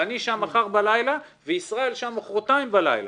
ואני שם מחר בלילה, וישראל שם מחרתיים בלילה.